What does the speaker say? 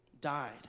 died